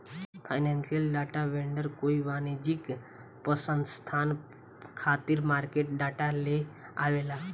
financial data vendor कोई वाणिज्यिक पसंस्था खातिर मार्केट डाटा लेआवेला